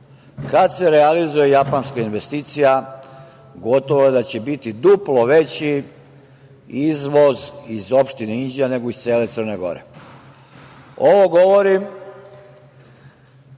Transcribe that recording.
Kada se realizuje japanska investicija gotovo da će biti duplo veći izvoz iz opštine Inđija nego i cele Crne Gore. Ovo govorim